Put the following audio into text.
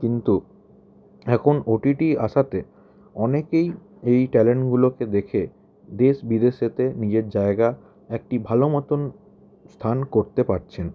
কিন্তু এখন ওটিটি আসাতে অনেকেই এই ট্যালেন্টগুলোকে দেখে দেশ বিদেশেতে নিজের জায়গা একটি ভালো মতন স্থান করতে পারছেন